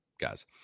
guys